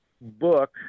book